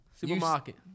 Supermarket